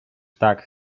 tak